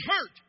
hurt